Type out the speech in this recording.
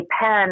pen